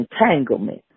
entanglement